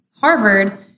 Harvard